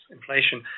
Inflation